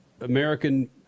American